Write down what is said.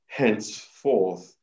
henceforth